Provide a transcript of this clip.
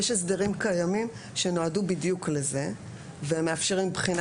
יש הסדרים קיימים שנועדו בדיוק לזה ומאפשרים בחינה